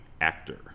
actor